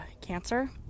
cancer